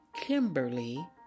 Kimberly